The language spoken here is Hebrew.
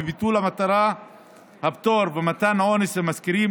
ולא בטוח שביטול הפטור ומתן עונש למשכירים